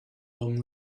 long